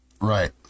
Right